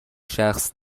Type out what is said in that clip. شخص